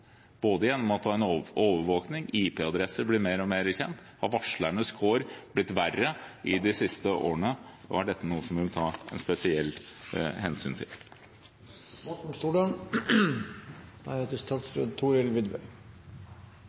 både gjennom at det er en overvåkning, og at IP-adresser blir mer og mer kjent. Har varslernes kår blitt verre i de siste årene? Og er dette noe som en vil ta spesielt hensyn til? La meg først takke initiativtakeren til denne debatten. Det er en